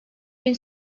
bin